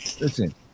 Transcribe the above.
Listen